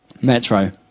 metro